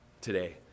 today